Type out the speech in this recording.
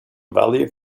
value